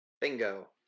Bingo